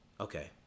Okay